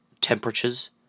temperatures